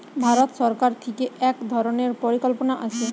ভারত সরকার থিকে এক ধরণের পরিকল্পনা আছে